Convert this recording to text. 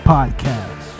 Podcast